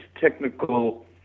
technical